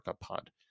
pod